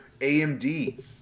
amd